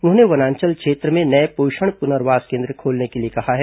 उन्होंने वनांचल क्षेत्रों में नये पोषण प्नर्वास केन्द्र खोलने के लिए कहा है